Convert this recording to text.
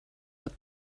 what